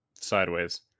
sideways